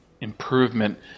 improvement